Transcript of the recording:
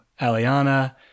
Aliana